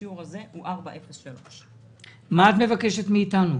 השיעור הזה הוא 4.03%. מה את מבקשת מאיתנו?